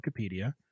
Wikipedia